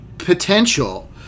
potential